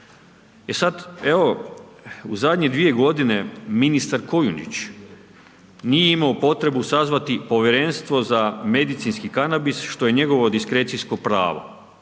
evo u zadnje 2 g. ministar Kujundžić nije imao potrebu sazvati povjerenstvo za medicinski kanabis što je njegovo diskrecijsko pravo.